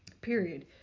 Period